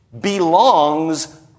belongs